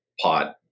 pot